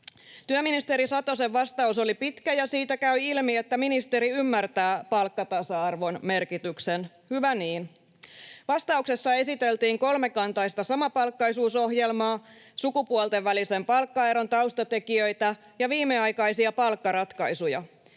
Työministeri Satosen vastaus oli pitkä, ja siitä käy ilmi, että ministeri ymmärtää palkkatasa-arvon merkityksen — hyvä niin. Vastauksessa esiteltiin kolmikantaista samapalkkaisuusohjelmaa, sukupuolten välisen palkkaeron taustatekijöitä ja viimeaikaisia palkkaratkaisuja.